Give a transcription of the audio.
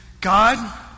God